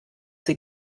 sie